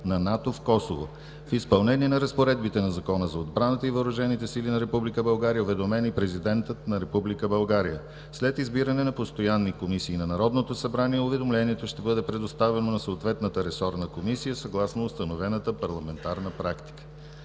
на НАТО в Косово. В изпълнение на разпоредбите на Закона за отбраната и въоръжените сили на Република България е уведомен и президентът на Република България. След избиране на постоянни комисии на Народното събрание уведомлението ще бъде предоставено на съответната ресорна комисия, съгласно установената парламента практика.